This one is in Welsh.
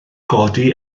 godi